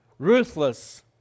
Ruthless